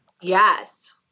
Yes